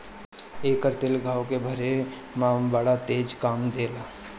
एकर तेल घाव के भरे में बड़ा तेज काम देला